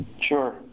Sure